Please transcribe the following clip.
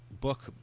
book